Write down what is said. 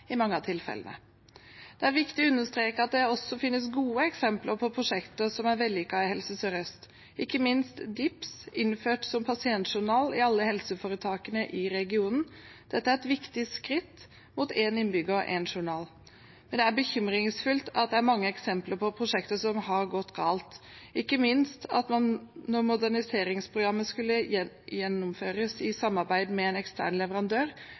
i mange av tilfellene. Det er viktig å understreke at det også finnes gode eksempler på prosjekter som er vellykket i Helse Sør-Øst, ikke minst DIPS, innført som pasientjournal i alle helseforetakene i regionen. Dette er et viktig skritt mot én innbygger – én journal. Men det er bekymringsfullt at det er mange eksempler på prosjekter som har gått galt, ikke minst da moderniseringsprogrammet skulle gjennomføres i samarbeid med en ekstern leverandør,